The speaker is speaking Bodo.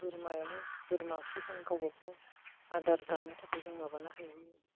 बोरमायाबो बोरमाखौ जों गावबा गाव आदार जानो थाखाय जों माबानो हायो